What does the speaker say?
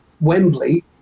wembley